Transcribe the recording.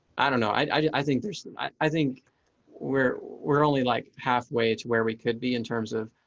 i don't know. i think there's i think we're we're only like halfway to where we could be in terms of